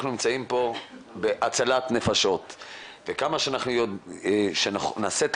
אנחנו נמצאים פה בהצלת נפשות וכמה שאנחנו נעשה את